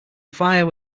fire